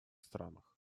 странах